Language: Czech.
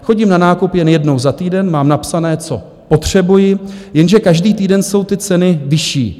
Chodím na nákup jen jednou za týden, mám napsané, co potřebuji, jenže každý týden jsou ty ceny vyšší.